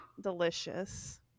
delicious